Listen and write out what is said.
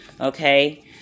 okay